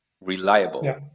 reliable